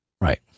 Right